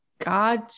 God